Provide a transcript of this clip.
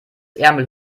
ärmel